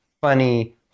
funny